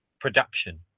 production